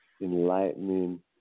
enlightening